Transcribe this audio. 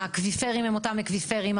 האקוויפרים הם אותם אקוויפרים,